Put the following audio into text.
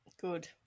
Good